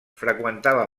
freqüentava